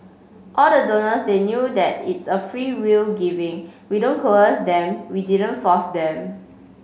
all the donors they knew that it's a freewill giving we don't coerce them we didn't force them